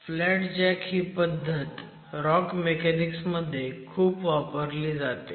flat jack ही पद्धत rock mechanics मध्ये खूप वापरला जाते